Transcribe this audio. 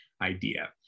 idea